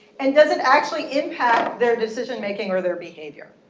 and does it actually impact their decision making or their behavior?